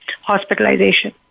hospitalization